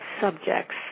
subjects